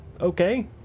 Okay